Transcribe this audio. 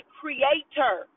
creator